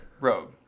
Rogue